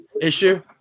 issue